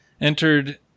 entered